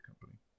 Company